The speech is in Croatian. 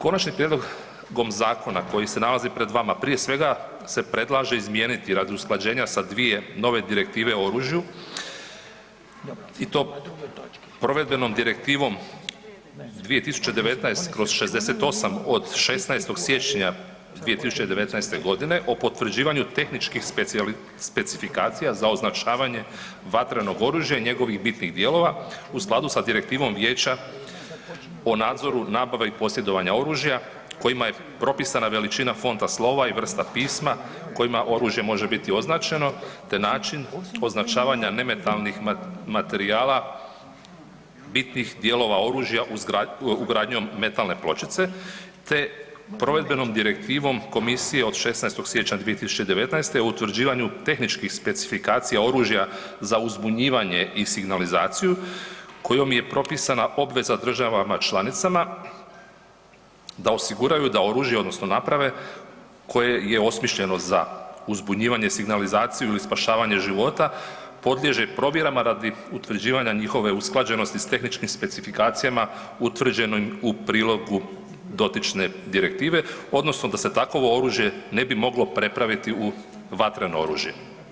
Konačnim prijedlogom zakona koji se nalazi pred vama prije svega se predlaže izmijeniti radi usklađivanja sa dvije nove direktive o oružju i to Provedbenom direktivom 2019/68 od 16. siječnja 2019. godine o potvrđivanju tehničkih specifikacija za označavanje vatrenog oružja i njegovih bitnih dijelova u skladu sa Direktivom Vijeća o nadzoru nabave i posjedovanja oružja kojima je propisana veličina fonta slova i vrsta pisma kojima oružje može biti označeno te način označavanja nemetalnih materijala bitnih dijelova oružja ugradnjom metalne pločice te Provedbenom direktivom Komisije od 16. siječnja 2019. o utvrđivanje tehničkih specifikacija oružja za uzbunjivanje i signalizaciju kojom je propisana obveza državama članicama da osiguraju da oružje odnosno naprave koje je osmišljeno za uzbunjivanje, signalizaciju ili spašavanje života podliježe probirima radi utvrđivanja njihove usklađenost s tehničkim specifikacijama utvrđenim u prilogu dotične direktive odnosno da se takovo oružje ne bi moglo prepraviti u vatreno oružje.